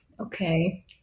okay